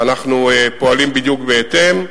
ואנחנו פועלים בדיוק בהתאם.